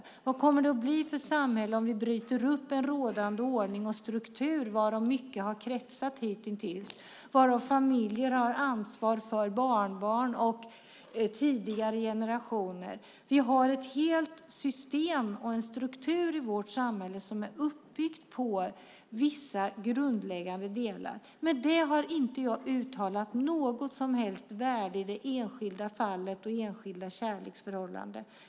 Vilket samhälle kommer det att bli om vi bryter upp en rådande ordning och struktur varom mycket har kretsat hittills? Familjer har ansvar för barnbarn och tidigare generationer. Vi har ett helt system och en struktur i vårt samhälle som är uppbyggt på vissa grundläggande delar. Med detta har jag inte uttalat något som helst värde i det enskilda fallet och i det enskilda kärleksförhållandet.